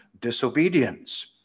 disobedience